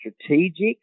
strategic